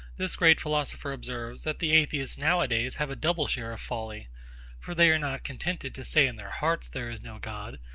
this great philosopher observes, that the atheists nowadays have a double share of folly for they are not contented to say in their hearts there is no god,